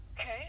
Okay